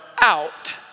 out